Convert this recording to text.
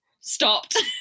Stopped